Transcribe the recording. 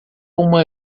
uma